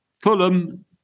Fulham